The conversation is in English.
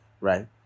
right